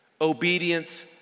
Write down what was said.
obedience